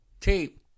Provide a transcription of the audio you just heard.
tape